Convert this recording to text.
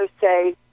say